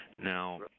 Now